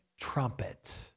trumpet